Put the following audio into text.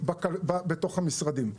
בתוך המשרדים.